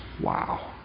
wow